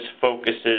focuses